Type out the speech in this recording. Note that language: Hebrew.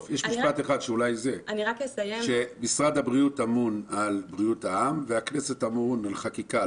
שמשרד הבריאות אמון על בריאות העם והכנסת אמונה על חקיקה.